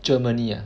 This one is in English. Germany ah